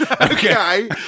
Okay